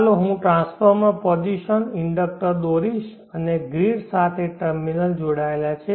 ચાલો હું transformer position inductor દોરીશ અને ગ્રીડ સાથે ટર્મિનલ્સ જોડાયેલા છે